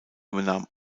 übernahm